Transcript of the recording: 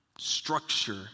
structure